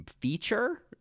feature